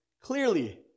clearly